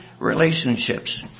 relationships